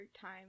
time